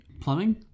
plumbing